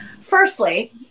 Firstly